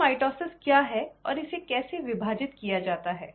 तो माइटोसिस क्या है और इसे कैसे विभाजित किया जाता है